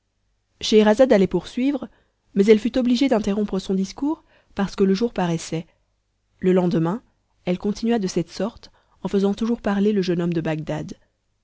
scheherazade allait poursuivre mais elle fut obligée d'interrompre son discours parce que le jour paraissait le lendemain elle continua de cette sorte en faisant toujours parler le jeune homme de bagdad